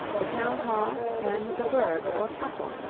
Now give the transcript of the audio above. the town hall and the burg or castle,